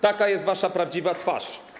Taka jest wasza prawdziwa twarz.